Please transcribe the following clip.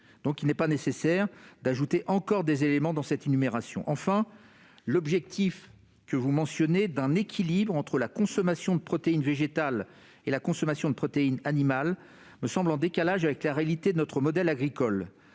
donc pas nécessaire d'adjoindre encore de nouveaux éléments à cette énumération. Enfin, l'objectif que vous mentionnez d'un équilibre entre la consommation de protéines végétales et la consommation de protéines animales me semble en décalage avec la réalité de notre modèle agricole.